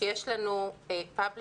שיש לנו Public,